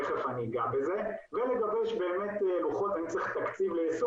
תיכף אני אגע בזה ואם צריך תקציב ליישום